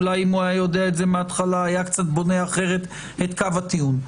אולי אם הוא היה יודע את זה מההתחלה היה קצת בונה אחרת את קו הטיעון.